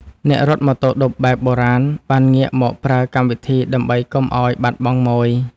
អ្នករត់ម៉ូតូឌុបបែបបុរាណ បានងាកមកប្រើកម្មវិធីដើម្បីកុំឱ្យបាត់បង់ម៉ូយ។